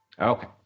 Okay